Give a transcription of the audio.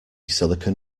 silicon